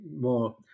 more